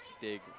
dig